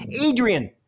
Adrian